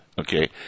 Okay